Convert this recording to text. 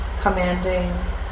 Commanding